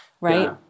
right